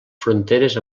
fronteres